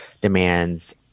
demands